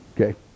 Okay